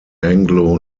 anglo